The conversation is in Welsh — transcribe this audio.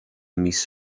mis